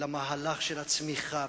למהלך של הצמיחה,